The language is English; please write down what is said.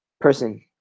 person